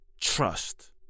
trust